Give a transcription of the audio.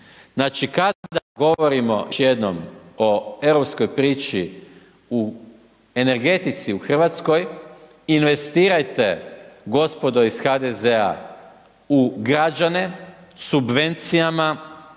Znači, kada govorimo, još jednom, o europskoj priči u energetici u Hrvatskoj, investirajte, gospodo iz HDZ-a u građane, subvencijama,